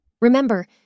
Remember